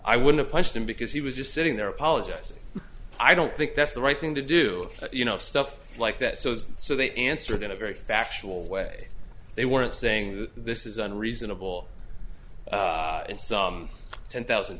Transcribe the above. i wouldn't punched him because he was just sitting there apologizing i don't think that's the right thing to do but you know stuff like that so so they answered in a very factual way they weren't saying that this isn't reasonable in some ten thousand